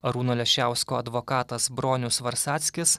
arūno leščiausko advokatas bronius varsackis